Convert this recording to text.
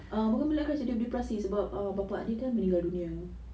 ah bukan mid-life crisis dia depresi sebab bapa dia kan meninggal dunia